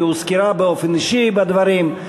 היא הוזכרה באופן אישי בדברים.